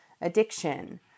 addiction